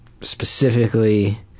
specifically